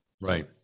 Right